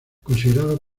considerado